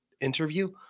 interview